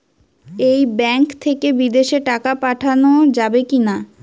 এই ব্যাঙ্ক থেকে বিদেশে টাকা পাঠানো যাবে কিনা?